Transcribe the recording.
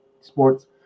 sports